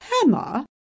Hammer